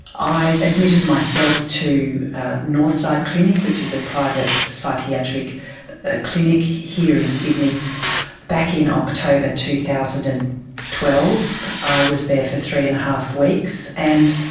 i admitted myself to northside clinic, which is a private psychiatric ah clinic here in sydney back in october two thousand and twelve. i was there for three and a half weeks, and